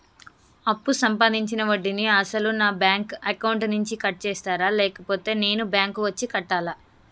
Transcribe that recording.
అప్పు సంబంధించిన వడ్డీని అసలు నా బ్యాంక్ అకౌంట్ నుంచి కట్ చేస్తారా లేకపోతే నేను బ్యాంకు వచ్చి కట్టాలా?